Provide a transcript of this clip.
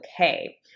okay